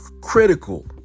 critical